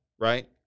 right